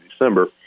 December